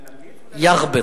יַע'בֵּט.